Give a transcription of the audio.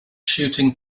shooting